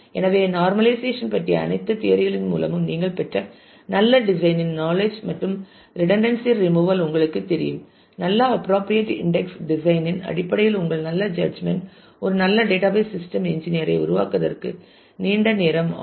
எனவே நார்மலைசேஷன் பற்றிய அனைத்து தியரி களின் மூலமும் நீங்கள் பெற்ற நல்ல டிசைன் இன் நாலேஜ் மற்றும் ரிடன்டன்ஸி ரிமூவல் உங்களுக்குத் தெரியும் நல்ல அப்புறாபிரியேட் இன்டெக்ஸ் டிசைன் இன் அடிப்படையில் உங்கள் நல்ல ஜட்ஜ்மென்ட் ஒரு நல்ல டேட்டாபேஸ் சிஸ்டம் என்ஜினீயர் ஐ உருவாக்குவதற்கு நீண்ட நேரம் ஆகும்